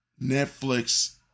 Netflix